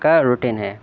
کا روٹین ہے